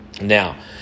Now